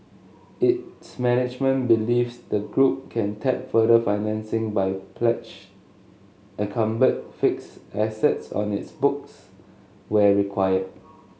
its management believes the group can tap further financing by pledg encumbered fixed assets on its books where required